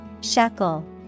Shackle